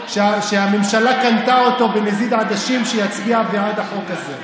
שהממשלה קנתה אותו בנזיד עדשים שיצביע בעד החוק הזה.